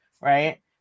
right